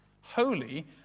holy